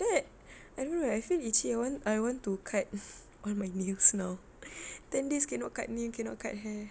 that everywhere I feel itchy I want I want to cut all my nails now ten days cannot cut nail cannot cut hair